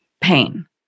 pain